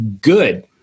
good